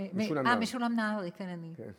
אה, משולם נהרי, כן.